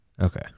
Okay